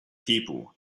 people